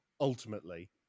ultimately